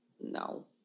No